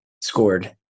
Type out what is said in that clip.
scored